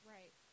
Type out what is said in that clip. Right